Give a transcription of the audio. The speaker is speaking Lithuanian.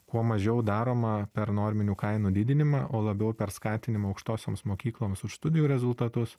kuo mažiau daroma per norminių kainų didinimą o labiau per skatinimą aukštosioms mokykloms už studijų rezultatus